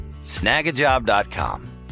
Snagajob.com